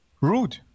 rude